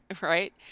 right